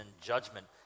judgment